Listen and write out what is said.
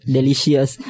Delicious